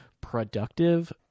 productive